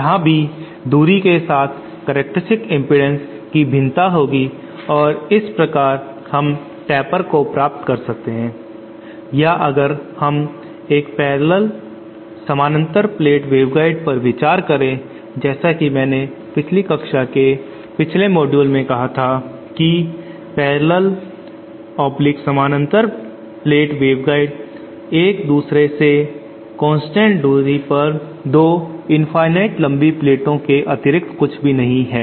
यहां भी दूरी के साथ करैक्टरस्टिक इम्पीडन्स की भिन्नता होगी और इस प्रकार हम टेपर को प्राप्त कर सकते हैं या अगर हम एक पैरलल समानांतर प्लेट वेवगाइड पर विचार करते हैं जैसा की मैंने पिछली कक्षा के पिछले मॉड्यूल में कहा था कि पैरलल समानांतर प्लेट वेवगाइड एक दूसरे से निरंतर कांस्टेंट दूरी पर दो इनफाईनाइट लंबी प्लेटो के अतिरिक्त कुछ भी नहीं है